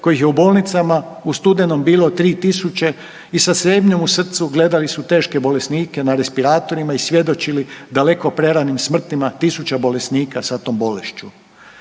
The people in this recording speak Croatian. kojih je u bolnicama u studenom bilo 3.000 i sa zebnjom u srcu gledali su teške bolesnike na respiratorima i svjedočili daleko preranim smrtima tisuća bolesnika sa tom bolešću.